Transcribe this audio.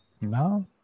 No